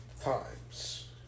times